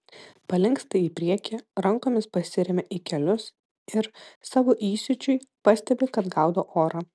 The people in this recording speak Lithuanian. palinksta į priekį rankomis pasiremia į kelius ir savo įsiūčiui pastebi kad gaudo orą